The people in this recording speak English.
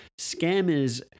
scammers